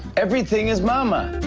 everything is mama.